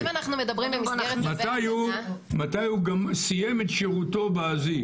מתי הוא סיים את שירותו באזיק?